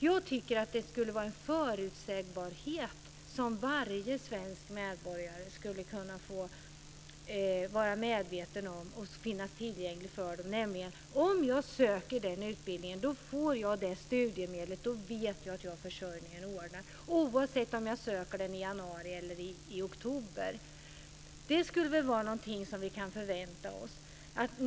Jag tycker att det skulle vara en förutsägbarhet som varje svensk medborgare skulle kunna få vara medveten om tillgängligheten av, nämligen: Om jag söker den utbildningen så får jag det studiemedlet och vet att jag har försörjningen ordnad, oavsett om jag söker i januari eller i oktober. Det skulle väl vara någonting som vi kan förvänta oss.